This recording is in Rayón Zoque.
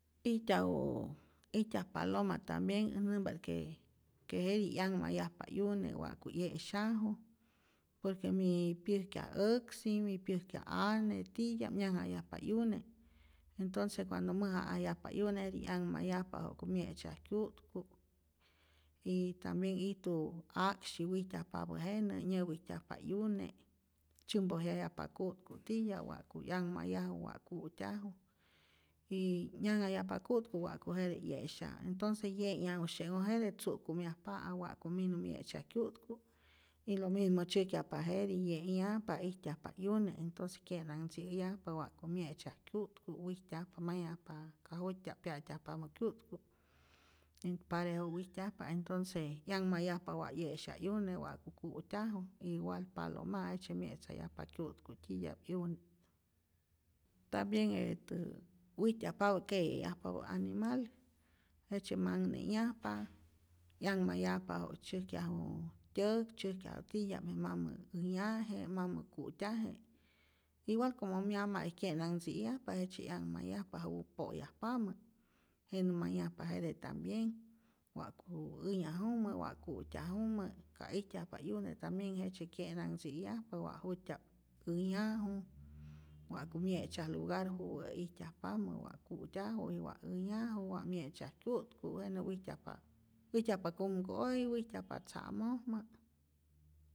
Ijtyaju ijtyaj paloma tambienh, äj nämpa't que jetij 'yanhmayajpa 'yune wa'ku 'ye'syaju por que mi pyäjkya äksi, mi pyäjkya ane titya'p nyanjnhayajpa 'yune, entonce cuando mäja'ajyajpa 'yune jetij 'yanhmayajpa ja'ku mye'tzyaj kyu'tku y tambien ijtu 'aksyi wijtyajpapä jenä, nyäwijtyajpa 'yune, tzyämpojyayajpa ku'tku titya'p wa'ku 'yanhmayaju wa' ku'tyaju y nyajnhayajpa ku'tku wa'ku jete 'ye'sya, entonce 'ye'nhyajusye'nhoj jete tzu'kumyajpa'ap wa'ku minu mye'tzyaj kyu'tku y lo mismo tzyäjkyajpa jetij, ye'nhyajpa, ijtyajpa 'yune entonce kye'nanhtzi'yajpa wa'ku mye'tzya'p, wijtyajpa manhyajpa ka jut'tya'p pya'tyajpamä kyu'tku y parejo wijtyajpa entonce 'yanhmayjapa wa'ku 'ye'syaj 'yune wa'ku ku'tyaju igual paloma'i jejtzye mye'tzayajpa kyu'tku tyitya'p 'yune, tambien jetä wijtyajpapä keye'yajpapä animal jejtzye manhne'nhyajpa, 'yanhmayajpa ja' tzyäjkyaju tyäk, tzyäjkyaju titya'p mamä änhyaje, mamä ku'tyaje, igual como mya'ma'i kye'nanhtzi'yajpa, jejtzye 'yanhmayajpa juwä po'yajpamä jenä mayajpa jete tambien, wa'ku änhyajumä, wa' ku'tyajumä, ka ijtyajpa 'yune tambien jejtzye kye'nanhtziyajpa wa jut'tya'p änhyaju, wa'ku mye'tzyaj lugar juwä ijtyajpamä, wa' ku'tyaju y wa' änhyaju, wa' mye'tzyaj kyu'tku, wene wijtyajpa'p wijtyajpa kumku'oji, wijtyajpa tza'mojmä.